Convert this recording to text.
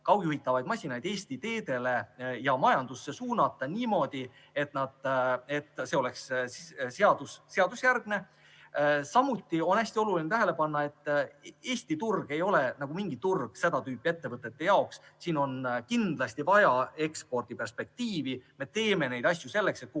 kaugjuhitavad masinad Eesti teedele ja majandusse suunata niimoodi, et see oleks seadusjärgne. Samuti on hästi oluline tähele panna, et Eesti turg ei ole [piisav] turg seda tüüpi ettevõtete jaoks. Siin on kindlasti vaja ekspordiperspektiivi. Me teeme neid asju selleks, et kogu